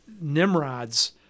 Nimrods